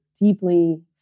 deeply